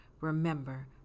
Remember